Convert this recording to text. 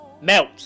Melt